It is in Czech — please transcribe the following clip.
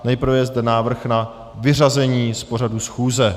Nejprve je zde návrh na vyřazení z pořadu schůze.